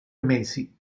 mesi